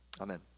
Amen